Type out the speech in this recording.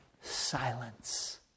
silence